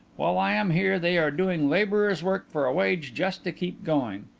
while i am here they are doing labourers' work for a wage, just to keep going.